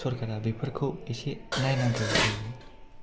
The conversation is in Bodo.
सरकारा बेफोरखौ एसे नायनांगौ जायो